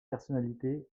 personnalités